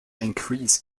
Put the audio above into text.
increase